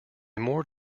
more